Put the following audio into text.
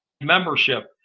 membership